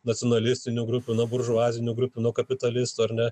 nacionalistinių grupių nuo buržuazinių grupių nuo kapitalistų ar ne